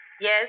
Yes